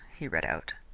he read out.